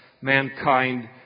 mankind